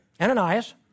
Ananias